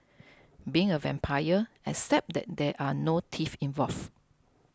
being a vampire except that there are no teeth involved